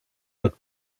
but